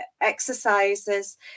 exercises